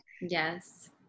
Yes